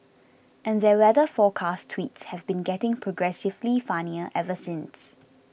and their weather forecast tweets have been getting progressively funnier ever since